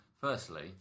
firstly